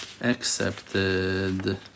accepted